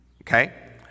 okay